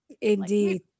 indeed